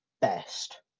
best